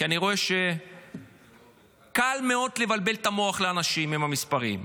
כי אני רואה שקל מאוד לבלבל את המוח לאנשים עם המספרים,